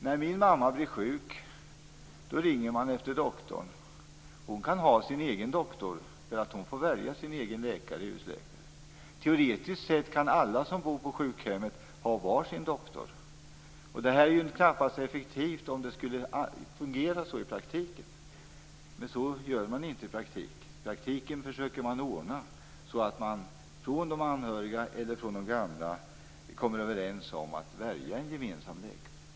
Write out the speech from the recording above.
När min mamma blir sjuk ringer man efter doktorn. Hon kan ha sin egen doktor, därför att hon får välja sin egen husläkare. Teoretiskt sett kan alla som bor på sjukhemmet ha var sin doktor. Det vore knappast effektivt om det skulle fungera så i praktiken. Men så gör man inte. I praktiken försöker man ordna så att man med de anhöriga eller de gamla kommer överens om att välja en gemensam läkare.